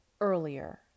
earlier